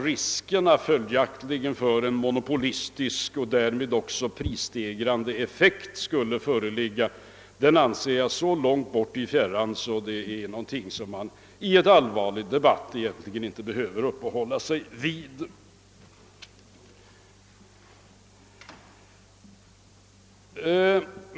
Riskerna för en monopolistisk och därmed också prisstegrande effekt anser jag ligga så långt i fjärran, att de inte är någonting som man i en allvarlig debatt behöver uppehålla sig vid.